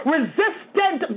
Resistant